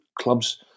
clubs